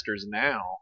now